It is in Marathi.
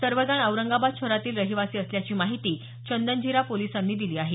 सर्वजण औरंगाबाद शहरातील रहिवासी असल्याची माहिती चंदनझिरा पोलिसांनी दिली आहे